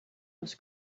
was